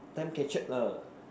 time captured lah